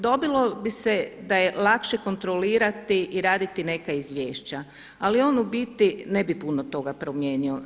Dobilo bi se da je lakše kontrolirati i raditi neka izvješća, ali on u biti ne bi puno toga promijenio.